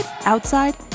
outside